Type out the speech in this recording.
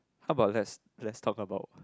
how about let's let's talk about